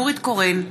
נורית קורין,